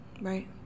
Right